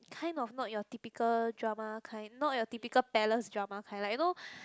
kind of not your typical drama kind not your typical palace drama kind like you know